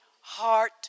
heart